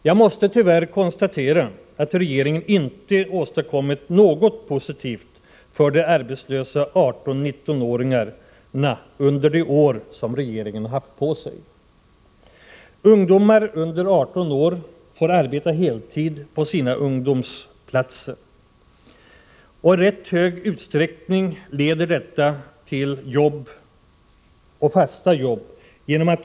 Jag måste tyvärr konstatera att regeringen inte har åstadkommit något positivt för de arbetslösa 18-19-åringarna under det år som regeringen haft på sig. Ungdomar under 18 år får arbeta heltid på sina ungdomsplatser. Sådana erbjuds i rätt stor utsträckning inom det privata näringslivet.